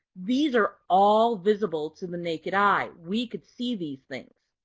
these are all visible to the naked eye. we can see these things.